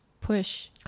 push